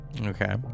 Okay